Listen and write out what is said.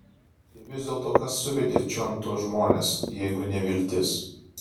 ir vis dėlto kas suvedė čion tuos žmones jeigu ne viltis